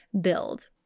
build